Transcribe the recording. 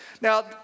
Now